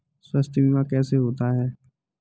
स्वास्थ्य बीमा कैसे होता है?